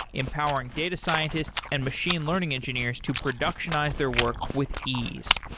empowering data scientists and machine learning engineers to productionize their work with ease.